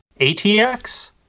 atx